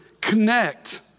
connect